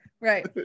Right